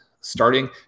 starting